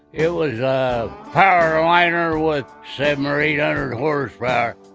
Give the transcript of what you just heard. it was a powerliner with seven or eight hundred horsepower.